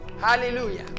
Hallelujah